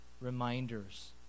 reminders